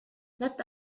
not